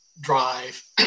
drive